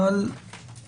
אם